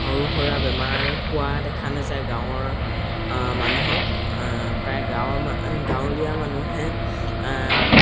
সৰু সুৰা বেমাৰ হোৱা দেখা নাযায় গাঁৱৰ মানুহক প্ৰায় গাঁৱৰ গাঁৱলীয়া মানুহে